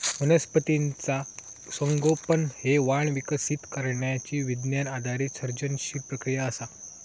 वनस्पतीचा संगोपन हे वाण विकसित करण्यची विज्ञान आधारित सर्जनशील प्रक्रिया असा